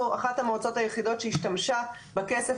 אנחנו אחת המועצות היחידות שהשתמשה בכסף,